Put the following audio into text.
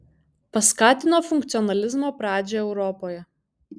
paskatino funkcionalizmo pradžią europoje